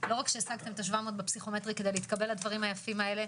לא רק שהשגתם את ה-700 בפסיכומטרי כדי להתקבל לדברים היפים האלה,